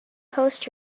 post